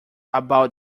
about